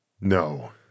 No